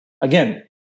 again